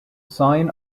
sign